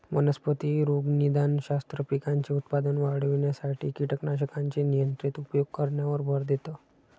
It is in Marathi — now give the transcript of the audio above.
वनस्पती रोगनिदानशास्त्र, पिकांचे उत्पादन वाढविण्यासाठी कीटकनाशकांचे नियंत्रित उपयोग करण्यावर भर देतं